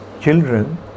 children